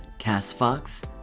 cassfox,